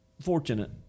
fortunate